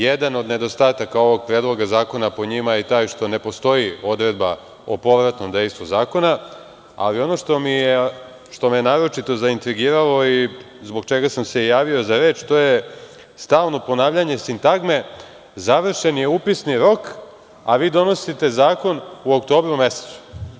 Jedan od nedostataka ovog predloga zakona, po njima, je taj što ne postoji odredba o povratnom dejstvu zakona, ali ono što me je naročito zaintrigiralo i zbog čega sam se i javio za reč, to je stalno ponavljanje sintagme – završen je upisni rok, a vi donosite zakon u oktobru mesecu.